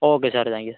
okay sir thank you